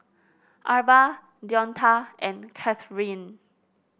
Arba Deonta and Kathryne